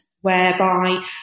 whereby